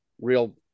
real